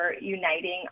uniting